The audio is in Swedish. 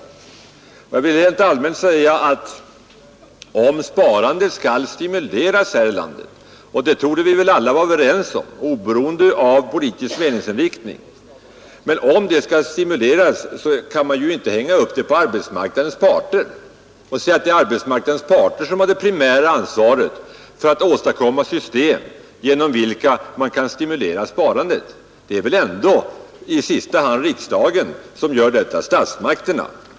Jag vill helt allmänt säga, att om sparandet skall stimuleras här i landet — och det torde väl alla vara överens om oberoende av politisk meningsinriktning — så kan man inte hänga upp det på arbetsmarknadens parter och säga att det är dessa parter som har det primära ansvaret för att åstadkomma system genom vilka man kan stimulera sparandet. Det är väl ändå i sista hand statsmakterna som har detta ansvar.